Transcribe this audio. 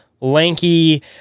lanky